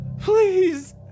Please